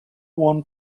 one